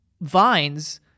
Vines